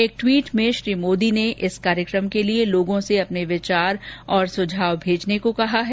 एक ट्वीट में श्री मोदी ने इस कार्यक्रम के लिए लोगों से अपने विचार और सुझाव भेजने को कहा है